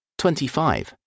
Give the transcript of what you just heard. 25